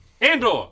Andor